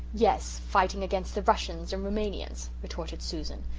yes, fighting against the russians and rumanians retorted susan.